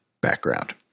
background